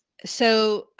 so,